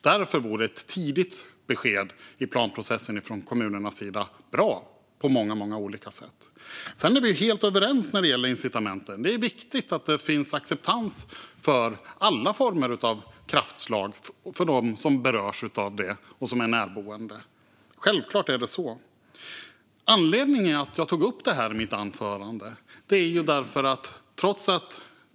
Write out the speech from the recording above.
Därför vore ett tidigt besked i planprocesserna från kommunernas sida bra på många olika sätt. Vi är helt överens när det gäller incitamenten. Det är självklart viktigt att det finns acceptans för alla former av kraftslag för dem som berörs och som är närboende. Det finns en anledning till att jag tog upp detta i mitt anförande.